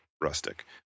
rustic